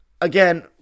again